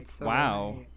Wow